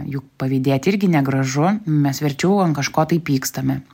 juk pavydėti irgi negražu mes verčiau ant kažko tai pykstame